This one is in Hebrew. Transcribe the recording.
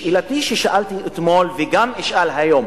שאֵלתי, ששאלתי אתמול וגם אשאל היום: